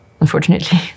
unfortunately